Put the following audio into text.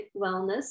wellness